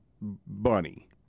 Bunny